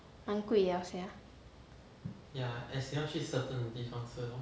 蛮贵 liao sia